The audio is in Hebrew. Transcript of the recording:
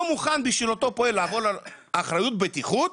מוכן בשביל אותו פועל לעבור על האחריות בטיחות,